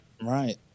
right